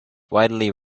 widely